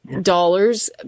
dollars